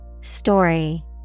Story